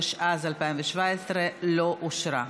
התשע"ז 2017, לא נתקבלה.